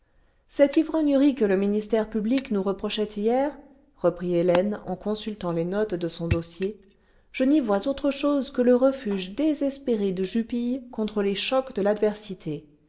cette ivrognerie que le ministère public nous reprochait hier reprit hélène en consultant les notes de son dossier je n'y vois autre chose que le refuge désespéré de jupille contre les chocs de l'adversité